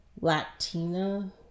Latina